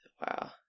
Wow